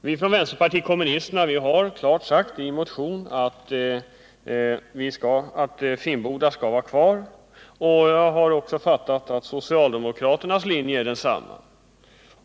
Vi från vpk har klart sagt i en motion att Finnboda skall vara kvar, och jag har också fattat att socialdemokraternas linje är densamma.